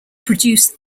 produced